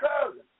cousin